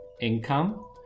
income